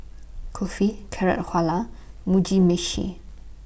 Kulfi Carrot Mugi Meshi